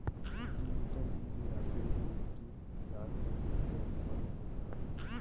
digital India derivative बाजार के वित्तीय अनुबंध होबो हइ